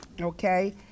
Okay